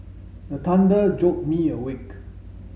the thunder jolt me awake